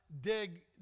dig